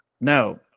no